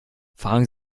fragen